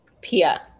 Pia